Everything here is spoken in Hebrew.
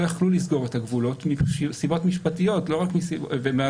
יכלו לסגור את הגבולות מסיבות משפטיות ומעשיות.